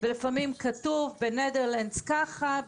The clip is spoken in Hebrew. ולפעמים כתוב: בהולנד ככה,